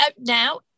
Now